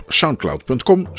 soundcloud.com